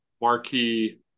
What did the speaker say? marquee